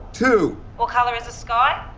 two. what color is the sky?